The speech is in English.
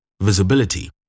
visibility